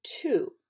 Two